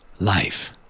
life